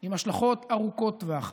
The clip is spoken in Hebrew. עם השלכות ארוכות טווח.